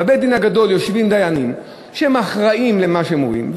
בבית-הדין הגדול יושבים דיינים שהם אחראים למה שהם אומרים.